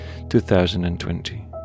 2020